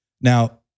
Now